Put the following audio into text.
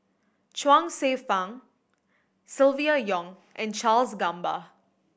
Chuang Hsueh Fang Silvia Yong and Charles Gamba